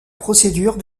procédure